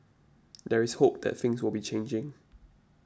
there is hope that things will be changing